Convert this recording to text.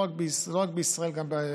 לא רק בישראל, גם באירופה,